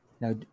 now